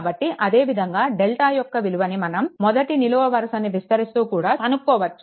కాబట్టి అదేవిధంగా డెల్టా యొక్క విలువని మనం మొదటి నిలువు వరుసని విస్తరిస్తూ కూడా కనుక్కోవచ్చు